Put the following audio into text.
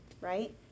right